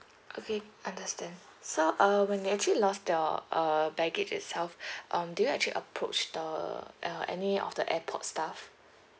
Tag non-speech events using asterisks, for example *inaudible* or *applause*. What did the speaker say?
okay understand so uh when you actually lost your uh baggage itself *breath* um did you actually approach the uh any of the airport staff